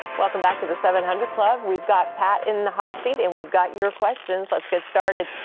welcome back to the seven hundred club. we've got pat in the hot seat, and we've got your questions. let's get started.